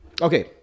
Okay